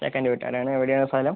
ചെക്കൻ്റെ വീട്ടുകാരാണ് എവിടെയാണ് സ്ഥലം